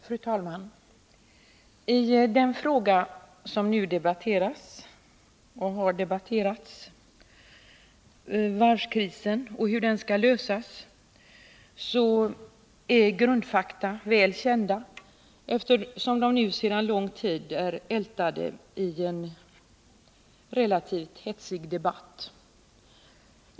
Fru talman! I den fråga som nu debatteras — frågan om varvskrisen och hur den skall lösas — är grundfakta väl kända, eftersom de sedan lång tid är ältade i en relativt hetsig debatt.